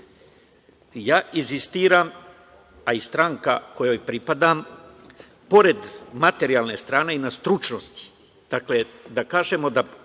insistiram, i stranka kojoj pripadam, pored materijalne strane i na stručnosti. Dakle, da kažemo,